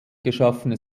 geschaffene